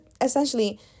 essentially